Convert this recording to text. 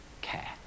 care